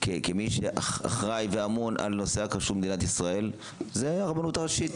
כמי שאחראי ואמון על נושא הכשרות במדינת ישראל זה הרבנות הראשית,